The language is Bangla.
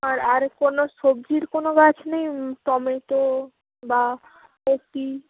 আর আর কোনও সবজির কোনও গাছ নেই টমেটো বা কপি